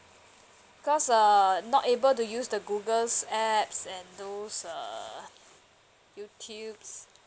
because err not able to use the googles apps and those err youtube